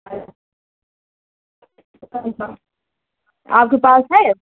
आपके पास है